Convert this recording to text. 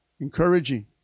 encouraging